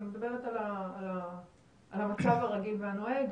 אני מדברת על המצב הרגיל והנוהג,